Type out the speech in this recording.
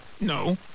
No